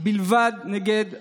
בלבד נגד היהודים.